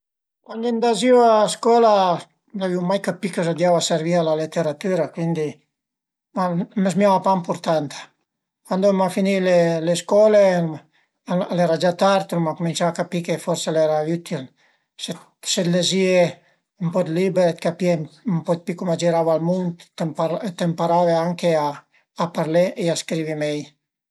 Cuandi andazìu a scola l'avìu mai capì a coza a servìa la leteratüra, cuindi a më zmìava pa ëmpurtanta, cuand l'uma finì le scole al era gia tard, l'uma cumincià a capì che forse al era ütil se t'lezìe ën po liber e capìe ün po pi cum a girava ël mund e t'emparave anche a parlé e a scrivi mei